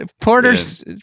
porter's